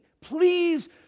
please